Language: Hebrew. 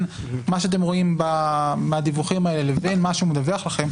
מה שאתם רואים בדיווחים האלה לבין מה שהוא מדווח לכם,